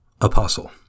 Apostle